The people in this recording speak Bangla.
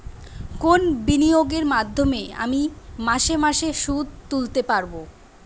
কোন বিনিয়োগের মাধ্যমে আমি মাসে মাসে সুদ তুলতে পারবো?